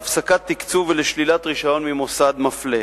להפסקת תקצוב ולשלילת רשיון ממוסד מפלה.